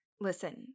Listen